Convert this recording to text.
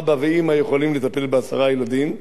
אבא ואמא יכולים לטפל בעשרה ילדים,